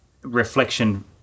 reflection